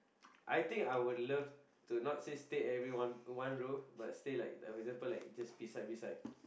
I think I would love to not say stay everyone in One Roof but stay like for example like just beside beside